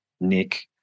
Nick